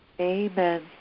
Amen